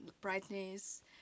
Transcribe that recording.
brightness